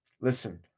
Listen